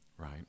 right